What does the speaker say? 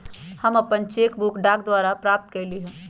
हम अपन cheque book डाक द्वारा प्राप्त कईली ह